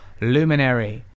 Luminary